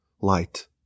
light